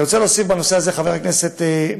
אני רוצה להוסיף בנושא הזה, חבר הכנסת מקלב,